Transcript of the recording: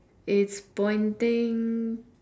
it's pointing